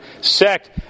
sect